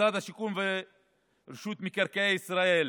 משרד השיכון ורשות מקרקעי ישראל